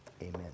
amen